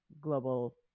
global